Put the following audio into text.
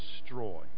destroy